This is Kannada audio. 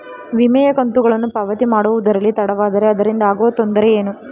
ವಿಮೆಯ ಕಂತುಗಳನ್ನು ಪಾವತಿ ಮಾಡುವುದರಲ್ಲಿ ತಡವಾದರೆ ಅದರಿಂದ ಆಗುವ ತೊಂದರೆ ಏನು?